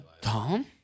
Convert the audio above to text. Tom